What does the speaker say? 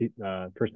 first